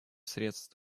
средств